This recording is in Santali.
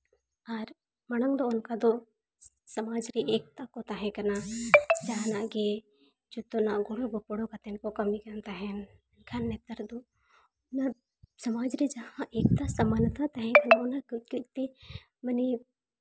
ᱟᱨ ᱢᱟᱲᱟᱝ ᱫᱚ ᱚᱱᱠᱟ ᱫᱚ ᱥᱚᱢᱟᱡᱽ ᱨᱮ ᱮᱠᱚᱛᱟ ᱠᱚ ᱛᱟᱦᱮᱸ ᱠᱟᱱᱟ ᱡᱟᱦᱟᱱᱥᱜ ᱜᱮ ᱡᱚᱛᱚᱱᱟᱜ ᱜᱚᱲᱚ ᱜᱚᱯᱚᱲᱚ ᱠᱟᱛᱮ ᱜᱮᱠᱚ ᱠᱟᱹᱢᱤ ᱠᱟᱱ ᱛᱟᱦᱮᱱ ᱢᱮᱱᱠᱷᱟᱱ ᱱᱮᱛᱟᱨ ᱫᱚ ᱥᱚᱢᱟᱡᱽ ᱨᱮ ᱡᱟᱦᱟᱸ ᱮᱠᱛᱟ ᱥᱚᱢᱟᱱᱚᱛᱟ ᱛᱟᱦᱮᱸ ᱠᱟᱱᱟ ᱚᱱᱟ ᱠᱟᱹᱡ ᱠᱟᱹᱡ ᱛᱮ ᱢᱟᱱᱮ